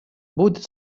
будут